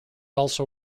also